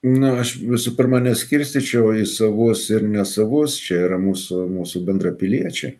na aš visų pirma neskirstyčiau į savus ir nesavus čia yra mūsų mūsų bendrapiliečiai